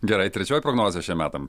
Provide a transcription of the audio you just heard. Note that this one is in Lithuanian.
gerai trečioji prognozė šiem metam